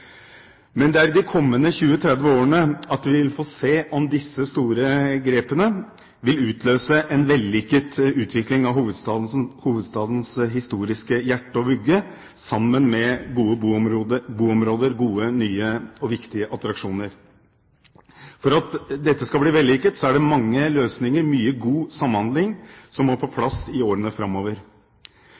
Men det er i de kommende 20–30 årene at vi vil få se om disse store grepene vil utløse en vellykket utvikling av hovedstadens historiske hjerte og vugge sammen med gode boområder og gode, nye og viktige attraksjoner. For at dette skal bli vellykket, er det mange løsninger, mye god samhandling, som må på plass i årene framover.